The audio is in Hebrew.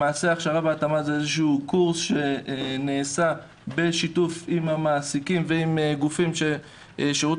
למעשה הכשרה בהתאמה זה קורס שנעשה בשיתוף עם המעסיקים ועם גופים ששירות